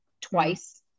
twice